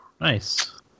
Nice